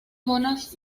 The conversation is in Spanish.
jonas